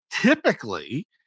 Typically